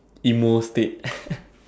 emo state